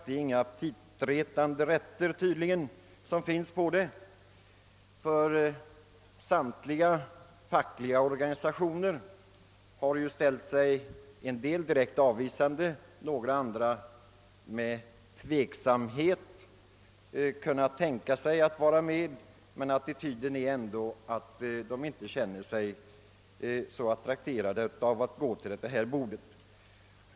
Där finns tydligen inga aptitretande rätter, ty samtliga fackliga orga nisationer har antingen ställt sig direkt avvisande eller också med tveksamhet förklarat sig kunna överväga ett deltagande. Den allmänna attityden är alltså att de inte känner sig så trakterade av att gå till detta bord.